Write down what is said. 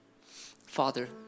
Father